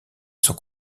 sont